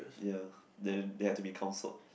ya then they had to be counselled